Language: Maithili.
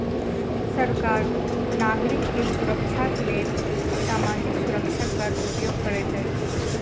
सरकार नागरिक के सुरक्षाक लेल सामाजिक सुरक्षा कर उपयोग करैत अछि